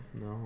No